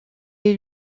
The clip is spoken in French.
est